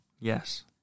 Yes